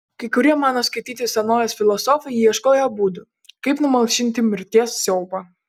kai kurie mano skaityti senovės filosofai ieškojo būdų kaip numalšinti mirties siaubą